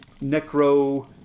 necro